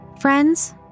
Friends